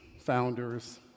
founders